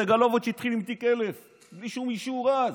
שסגלוביץ' התחיל עם תיק 1000 בלי שום אישור אז,